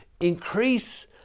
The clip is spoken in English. increase